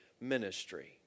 ministry